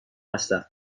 هستم